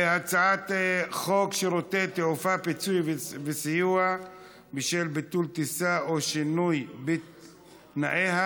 הצעת חוק שירותי תעופה (פיצוי וסיוע בשל ביטול טיסה או שינוי בתנאיה)